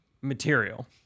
material